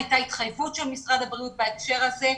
והייתה התחייבות של משרד הבריאות בהקשר הזה.